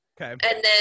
Okay